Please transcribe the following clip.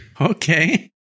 Okay